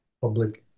public